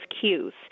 cues